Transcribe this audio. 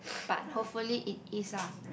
but hopefully it is ah